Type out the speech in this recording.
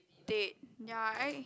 date ya right